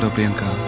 so priyanka?